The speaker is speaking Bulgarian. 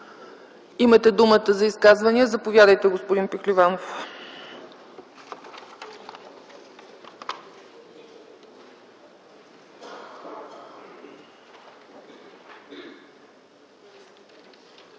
Имате думата за изказвания. Заповядайте, господин Пехливанов.